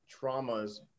traumas